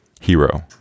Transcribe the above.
hero